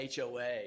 HOA